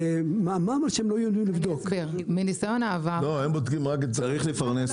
מה אמרת שהם לא יודעים לבדוק?